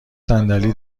صندلی